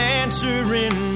answering